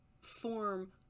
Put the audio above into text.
form